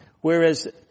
Whereas